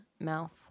mouth